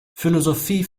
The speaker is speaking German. philosophie